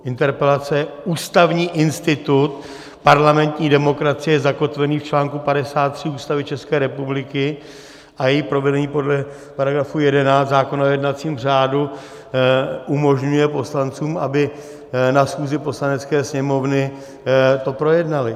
Interpelace je ústavní institut parlamentní demokracie zakotvený v článku 53 Ústavy České republiky a její provedení podle § 11 zákona o jednacím řádu umožňuje poslancům, aby na schůzi Poslanecké sněmovny to projednali.